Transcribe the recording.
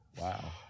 Wow